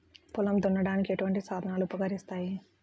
పొలం దున్నడానికి ఎటువంటి సాధనలు ఉపకరిస్తాయి?